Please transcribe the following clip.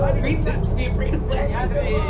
reason to be afraid of black people. yeah